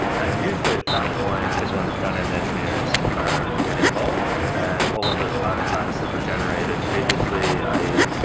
and usually at that point is when the front-end engineers are get involved and all of those artifacts that were generated previously, i e.